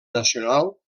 nacional